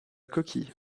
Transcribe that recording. coquille